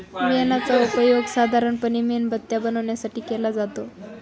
मेणाचा उपयोग साधारणपणे मेणबत्त्या बनवण्यासाठी केला जातो